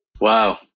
Wow